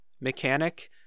mechanic